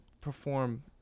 Perform